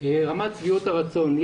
רמת שביעות הרצון.